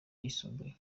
ayisumbuye